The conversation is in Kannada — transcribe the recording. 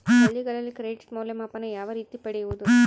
ಹಳ್ಳಿಗಳಲ್ಲಿ ಕ್ರೆಡಿಟ್ ಮೌಲ್ಯಮಾಪನ ಯಾವ ರೇತಿ ಪಡೆಯುವುದು?